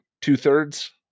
two-thirds